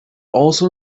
also